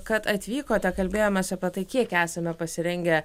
kad atvykote kalbėjomės apie tai kiek esame pasirengę